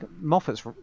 Moffat's